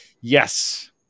Yes